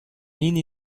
hini